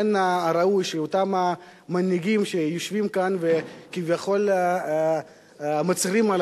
שמן הראוי שאותם המנהיגים שיושבים כאן וכביכול מצהירים על